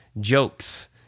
Jokes